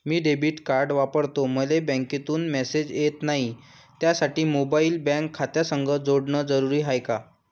मी debit card वापरतो मले बँकेतून मॅसेज येत नाही, त्यासाठी मोबाईल बँक खात्यासंग जोडनं जरुरी हाय का?